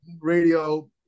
radio